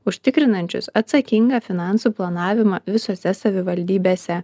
užtikrinančius atsakingą finansų planavimą visose savivaldybėse